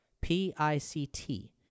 P-I-C-T